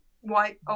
white